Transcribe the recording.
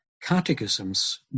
catechism's